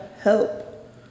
help